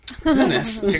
Goodness